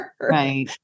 Right